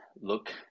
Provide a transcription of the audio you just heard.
look